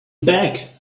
back